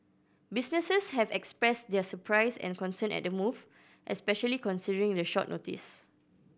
businesses have expressed their surprise and concern at the move especially considering the short notice